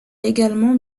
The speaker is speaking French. également